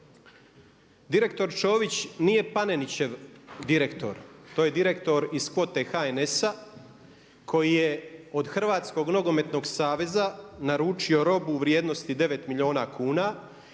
Direktor Ćović nije Panenićev direktor, to je direktor iz kvote HNS-a koji je od Hrvatskog nogometnog saveza naručio robu u vrijednosti 9 milijuna kuna.